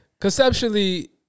conceptually